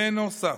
בנוסף,